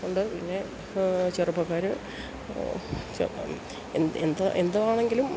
ഉണ്ട് പിന്നെ ചെറുപ്പക്കാര് ചെറുപ്പം എന്താ എന്ത് വേണമെങ്കിലും